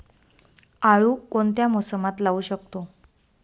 आळू कोणत्या मोसमात लावू शकतो?